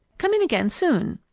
come in again soon.